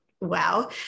wow